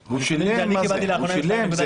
הוא שילם, זה